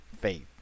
faith